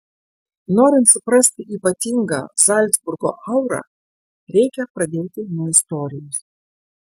norint suprasti ypatingą zalcburgo aurą reikia pradėti nuo istorijos